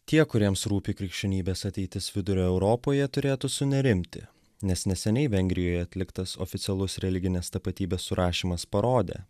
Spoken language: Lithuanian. tie kuriems rūpi krikščionybės ateitis vidurio europoje turėtų sunerimti nes neseniai vengrijoje atliktas oficialus religinės tapatybės surašymas parodė